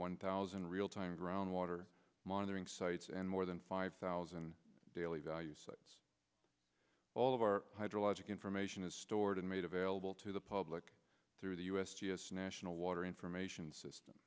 one thousand real time groundwater monitoring sites and more than five thousand daily value sites all of our hydrologic information is stored and made available to the public through the u s g s national water information system